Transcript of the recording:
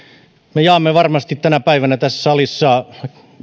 me jaamme varmasti tänä päivänä tässä salissa